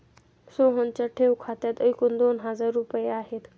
सोहनच्या ठेव खात्यात एकूण दोन हजार रुपये आहेत